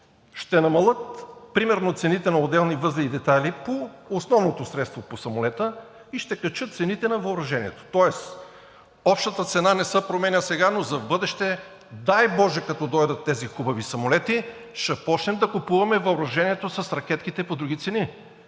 ще намалят примерно цените на отделни възли и детайли по основното средство по самолета и ще качат цените на въоръжението, тоест общата цена не се променя сега, но за в бъдеще, дай боже като дойдат тези хубави самолети, ще започнем да купуваме въоръжението с ракетките по други цени.